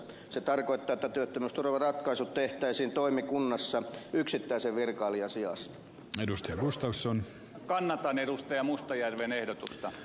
se tarkoittaa että työttömyysturvaratkaisut tehtäisiin toimikunnassa yksittäisen virkailijan sijasta tiedustelusta usan kanadan edustaja mustajärven ehdotusta